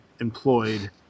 employed